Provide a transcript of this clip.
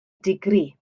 digri